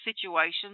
situations